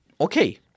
Okay